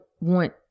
want